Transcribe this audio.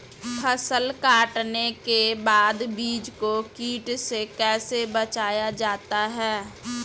फसल कटाई के बाद बीज को कीट से कैसे बचाया जाता है?